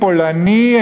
פולני,